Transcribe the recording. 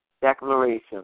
Declaration